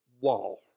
wall